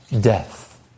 death